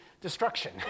destruction